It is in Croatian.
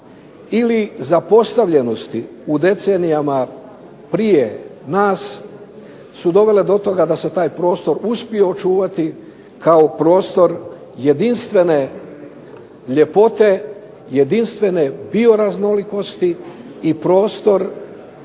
ili zapostavljenosti u decenijama prije nas su dovele do toga da se taj prostor uspije očuvati kao prostor jedinstvene ljepote, jedinstvene bioraznolikosti i prostor